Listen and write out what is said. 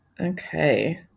okay